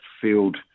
field